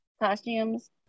costumes